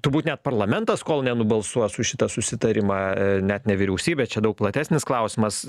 turbūt net parlamentas kol nenubalsuos už šitą susitarimą net ne vyriausybė čia daug platesnis klausimas